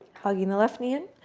hugging the left knee in,